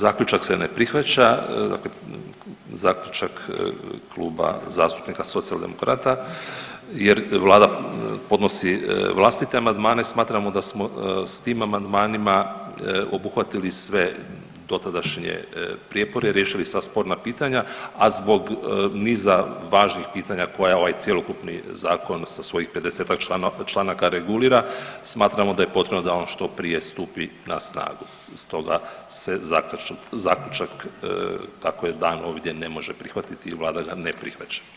Zaključak se ne prihvaća, zaključak Kluba zastupnika socijaldemokrata jer Vlada podnosi vlastite amandmane, smatramo da smo s tim amandmanima obuhvatili sve dotadašnje prijepore, riješili sva sporna pitanja, a zbog niza važnih pitanja koja ovaj cjelokupni zakon sa svojih 50-ak članaka regulira, smatramo da je potrebno da on što prije stupi na snagu, stoga se Zaključak kako je dan, ovdje ne može prihvatiti i Vlada ga ne prihvaća.